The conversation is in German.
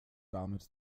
damit